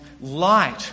light